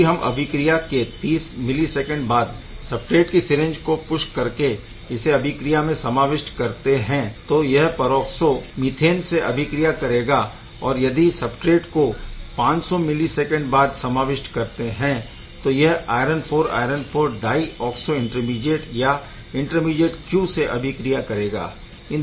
यदि हम अभिक्रिया के 30 मिलीसैकेन्ड बाद सबस्ट्रेट की सिरिंज को पुश करके इसे अभिक्रिया में समाविष्ट करते है तो यह परऑक्सो मीथेन से अभिक्रिया करेगा और यदि सबस्ट्रेट को 500 मिलीसैकेन्ड बाद समाविष्ट करते है तो यह iron IV iron IV di oxo intermediate या इंटरमीडीएट Q से अभिक्रिया करेगा